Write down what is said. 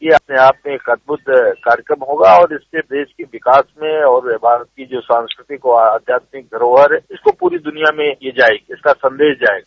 यह अपने आप में एक अद्भुत कार्यक्रम होगा और इसमें प्रदेश के विकास में और भारत की जो सांस्कृतिक और आध्यात्मिक धरोहर उसको पूरी दुनिया में यह जायेगी इसका संदेश जायेगा